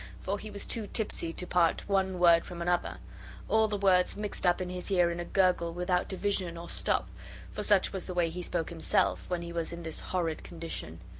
for he was too tipsy to part one word from another all the words mixed up in his ear in a gurgle without division or stop for such was the way he spoke himself, when he was in this horrid condition.